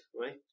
right